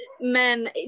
men